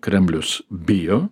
kremlius bijo